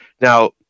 Now